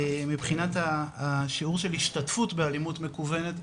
מבחינת השיעור של השתתפות באלימות מקוונת,